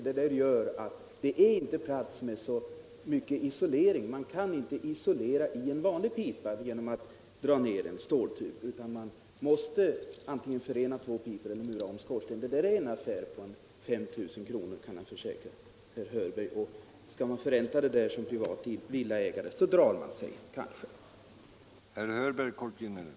Detta gör att det inte finns plats för isolering i en vanlig pipa om man drar ner en ståltub, utan man måste antingen förena två pipor eller mura om skorstenen. Det är en affär på ca 5 000 kr. — det kan jag försäkra herr Hörberg. Som privat villaägare drar man sig kanske för att förränta det beloppet.